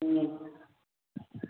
उ नहि देख सकय छी